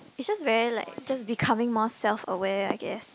it's just very like just becoming more self aware I guess